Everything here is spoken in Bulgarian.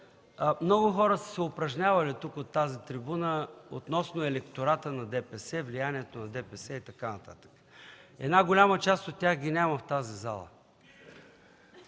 много хора са се упражнявали тук, от тази трибуна, относно електората на ДПС, влиянието на ДПС и така нататък. Една голяма част от тях ги няма в тази зала.